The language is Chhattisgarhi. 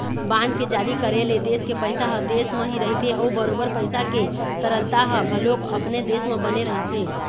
बांड के जारी करे ले देश के पइसा ह देश म ही रहिथे अउ बरोबर पइसा के तरलता ह घलोक अपने देश म बने रहिथे